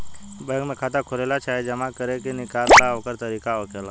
bank में खाता खोलेला चाहे जमा करे निकाले ला ओकर तरीका होखेला